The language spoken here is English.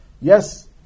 yes